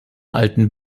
alten